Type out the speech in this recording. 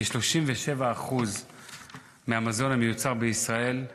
כ-37% מהמזון המיוצר בישראל,